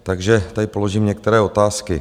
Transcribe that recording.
Takže tady položím některé otázky.